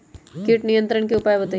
किट नियंत्रण के उपाय बतइयो?